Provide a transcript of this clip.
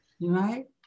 right